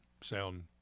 sound